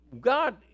God